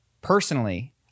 Personally